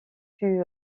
fut